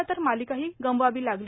तसंच मालिकाही गमवावी लागली